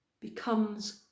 becomes